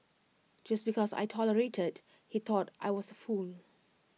just because I tolerated he thought I was A fool